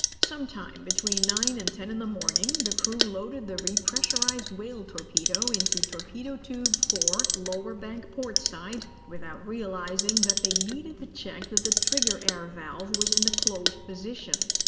sometime between nine and ten in the morning, the crew loaded the repressurized whale torpedo into torpedo tube four, lower bank port side, without realizing that they needed to check that the trigger air valve was in the closed position.